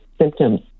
symptoms